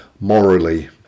morally